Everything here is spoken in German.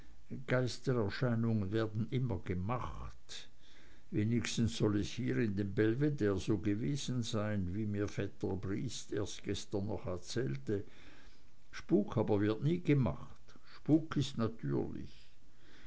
geistererscheinungen werden immer gemacht wenigstens soll es hier in dem belvedere so gewesen sein wie vetter briest erst gestern noch erzählte spuk aber wird nie gemacht spuk ist natürlich